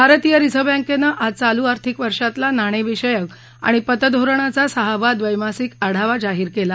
भारतीय रिझर्व्ह बँकेनं आज चालू आर्थिक वर्षातला नाणेविषयक आणि पत धोरणाचा सहावा द्वैमासिक आढावा जाहीर केला